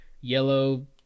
yellow